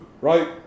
right